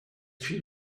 suis